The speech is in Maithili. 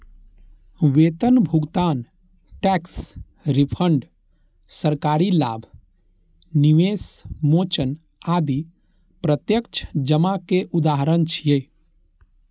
वेतन भुगतान, टैक्स रिफंड, सरकारी लाभ, निवेश मोचन आदि प्रत्यक्ष जमा के उदाहरण छियै